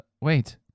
wait